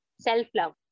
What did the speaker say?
self-love